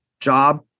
job